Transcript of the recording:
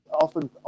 Often